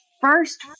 first